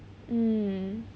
mm